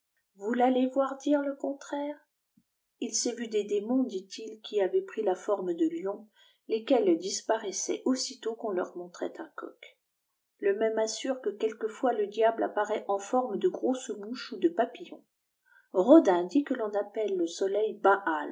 vous rallqp voir dire le contraire il s'est vu desdémops ditil qui avaient pris la forme de lion lesquels disparëussaient ustôt qu'an leur montrait un coqle içême assure que quelquefois le diablq apparaît en forme de grosses mouches ou de papillon bodîn dit que l'on appelle le soleil